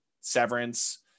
Severance